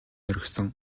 орхисон